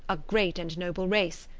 a great and noble race,